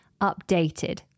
updated